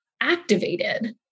activated